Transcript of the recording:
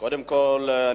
קודם כול,